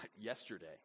yesterday